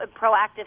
proactive